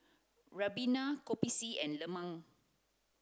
ribena kopi C and lemang